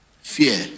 fear